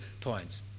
points